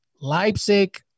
Leipzig